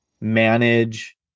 manage